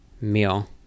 meal